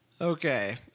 okay